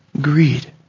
greed